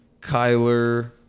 Kyler